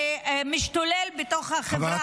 שמשתולל בתוך החברה